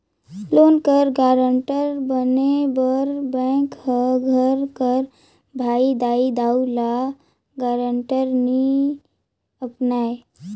loan कर guarantor बने बर बेंक हर घर कर भाई, दाई, दाऊ, ल गारंटर नी अपनाए